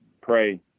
pray